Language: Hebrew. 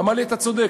אמר לי: אתה צודק.